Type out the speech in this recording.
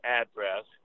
address